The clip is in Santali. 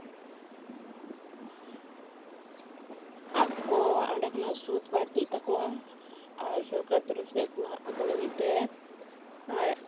ᱟᱠᱚᱣᱟᱜ ᱚᱸᱰᱮ ᱠᱷᱚᱱᱟᱜ ᱥᱩᱫᱽ ᱵᱟᱹᱲᱛᱤᱜ ᱛᱟᱠᱚᱣᱟ ᱟᱨ ᱥᱚᱨᱠᱟᱨ ᱛᱚᱨᱚᱯ ᱥᱮᱡ ᱠᱷᱚᱱᱟᱜ ᱟᱠᱚ ᱞᱟᱹᱜᱤᱫᱛᱮ